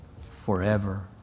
Forever